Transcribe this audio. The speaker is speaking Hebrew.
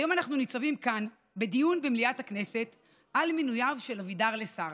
היום אנחנו ניצבים כאן בדיון במליאת הכנסת על מינויו של אבידר לשר.